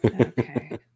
Okay